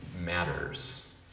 matters